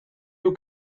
you